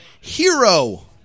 Hero